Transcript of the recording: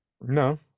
No